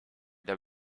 der